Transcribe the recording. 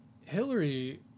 Hillary